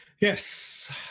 Yes